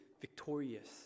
victorious